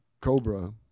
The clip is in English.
Cobra